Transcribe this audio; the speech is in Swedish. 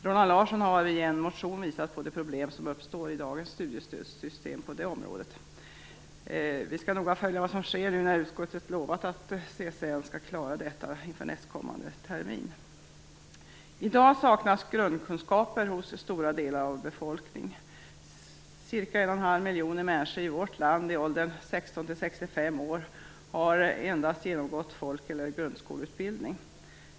Roland Larsson har i en motion visat på de problem som uppstår i dagens studiestödssystem på det området. Vi skall noga följa vad som sker när nu utskottet lovat att CSN skall klarar detta inför nästkommande termin. I dag saknas grundkunskaper hos stora delar av befolkningen. Ca 1,5 miljoner människor i vårt land i åldern 16-65 år har endast genomgått folk eller grundskoleutbildning.